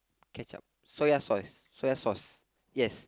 ketchup soya sauce soy sauce yes